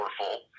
powerful